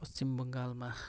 पश्चिम बङ्गालमा